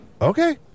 Okay